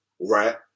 Right